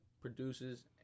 produces